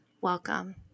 Welcome